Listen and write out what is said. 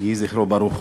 נשמתו.) יהי זכרו ברוך.